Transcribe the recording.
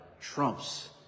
trumps